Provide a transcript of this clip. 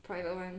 private one